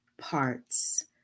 parts